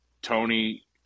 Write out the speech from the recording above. Tony